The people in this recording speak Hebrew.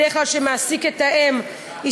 שמעסיק את האם בדרך כלל,